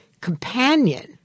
companion